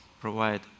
provide